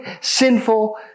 sinful